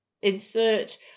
insert